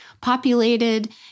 populated